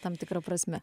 tam tikra prasme